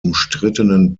umstrittenen